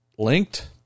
Linked